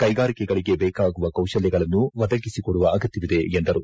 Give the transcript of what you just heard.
ಕೈಗಾರಿಕೆಗಳಿಗೆ ಬೇಕಾಗುವ ಕೌಶಲ್ಪಗಳನ್ನು ಒದಗಿಸಿಕೊಡುವ ಅಗತ್ತವಿದೆ ಎಂದರು